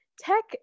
Tech